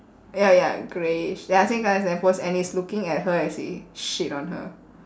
ya ya greyish ya same colour as the lamp post and it's looking at her as he shit on her